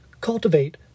Cultivate